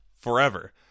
forever